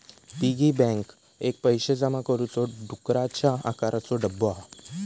piggy bank एक पैशे जमा करुचो डुकराच्या आकाराचो डब्बो हा